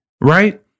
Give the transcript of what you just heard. right